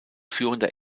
führender